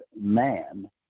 man